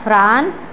France